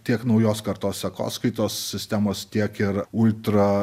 tiek naujos kartos sekoskaitos sistemos tiek ir ultra